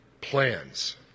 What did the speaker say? plans